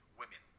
women